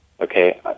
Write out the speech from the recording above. Okay